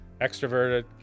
extroverted